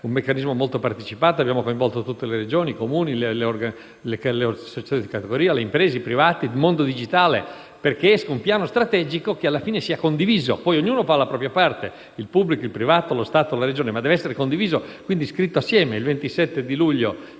un meccanismo molto partecipato: abbiamo coinvolto tutte le Regioni, i Comuni, le associazioni di categoria, i privati e il mondo digitale perché esca un piano strategico che alla fine sia condiviso. Poi ognuno farà la propria parte, il pubblico, il privato, lo Stato e la Regione, ma deve essere un progetto condiviso, quindi scritto insieme. Il 27 luglio